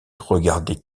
regardait